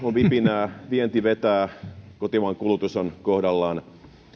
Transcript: on vipinää vienti vetää kotimaan kulutus on kohdallaan